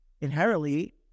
Inherently